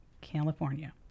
California